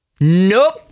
Nope